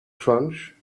crunch